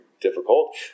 difficult